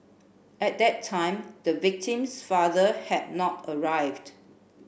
at that time the victim's father had not arrived